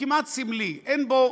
אין בו